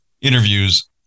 interviews